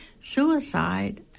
suicide